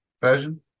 version